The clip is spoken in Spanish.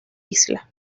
isla